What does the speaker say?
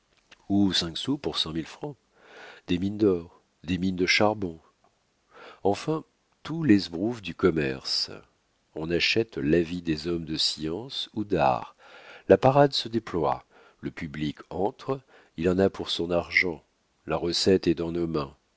mille francs des mines d'or des mines de charbon enfin tout l'esbrouffe du commerce on achète l'avis des hommes de science ou d'art la parade se déploie le public entre il en a pour son argent la recette est dans nos mains